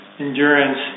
endurance